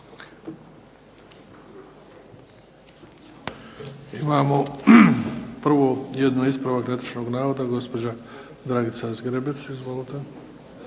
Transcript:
Imamo prvo jedan ispravak netočnog navoda. Gospođa Dragica Zgrebec, izvolite.